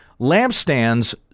Lampstands